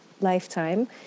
lifetime